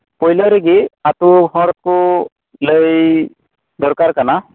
ᱯᱳᱭᱞᱳ ᱨᱮᱜᱮ ᱟᱛᱳ ᱦᱚᱲᱠᱚ ᱞᱟᱹᱭ ᱫᱚᱨᱠᱟᱨ ᱠᱟᱱᱟ